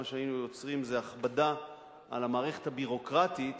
מה שהיינו יוצרים זה הכבדה על המערכת הביורוקרטית,